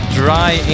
dry